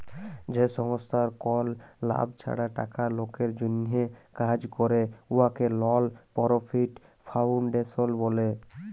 যে সংস্থার কল লাভ ছাড়া টাকা লকের জ্যনহে কাজ ক্যরে উয়াকে লল পরফিট ফাউল্ডেশল ব্যলে